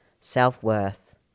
Self-Worth